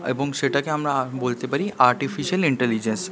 এবং সেটাকে আমরা বলতে পারি আর্টিফিশিয়াল ইনটেলিজেন্স